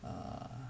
err